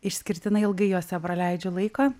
išskirtinai ilgai jose praleidžiu laiką